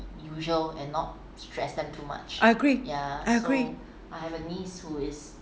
I agree I agree